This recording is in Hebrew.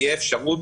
תהיה אפשרות